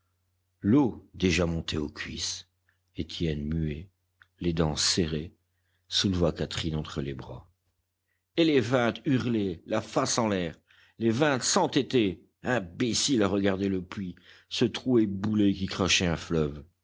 l'eau déjà montait aux cuisses étienne muet les dents serrées souleva catherine entre ses bras et les vingt hurlaient la face en l'air les vingt s'entêtaient imbéciles à regarder le puits ce trou éboulé qui crachait un fleuve